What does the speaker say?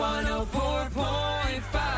104.5